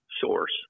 source